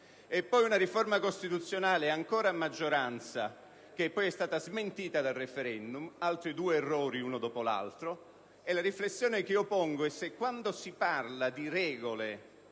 e una riforma costituzionale, ancora a maggioranza, che poi è stata smentita dal *referendum* (altri due errori uno dopo l'altro). Mi chiedo quindi se, quando si parla di regole,